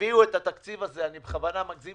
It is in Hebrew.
ותביאו את התקציב הזה אני בכוונה מגזים